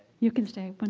you can stay, but